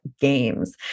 games